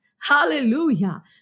Hallelujah